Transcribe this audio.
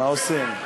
מה עושים?